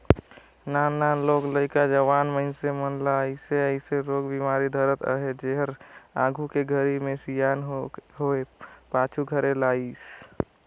नान नान लोग लइका, जवान मइनसे मन ल अइसे अइसे रोग बेमारी धरत अहे जेहर आघू के घरी मे सियान होये पाछू धरे लाइस